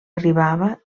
arribava